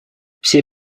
все